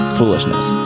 foolishness